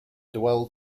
dwell